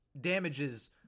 damages